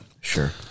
Sure